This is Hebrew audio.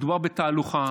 מדובר בתהלוכה,